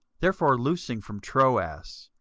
therefore loosing from troas,